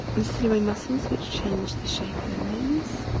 the ciliary muscles which change the shape of the lens.